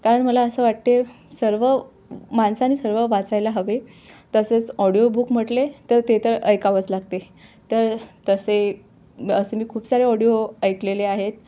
कारण मला असं वाटते सर्व माणसानी सर्व वाचायला हवे तसेच ऑडिओ बुक म्हटले तर ते तर ऐकावंच लागते त तसे असं मी खूप सारे ऑडिओ ऐकलेले आहेत